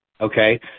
okay